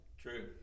True